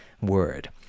word